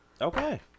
Okay